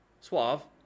Suave